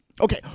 Okay